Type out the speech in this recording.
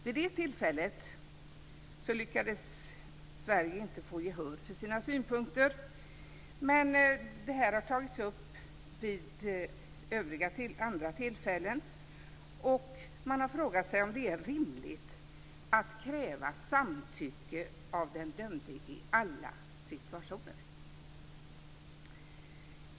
Vid det tillfället lyckades Sverige inte få gehör för sina synpunkter men det här har tagits upp vid andra tillfällen. Man har frågat sig om det är rimligt att kräva samtycke av den dömde i alla situationer.